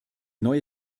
neue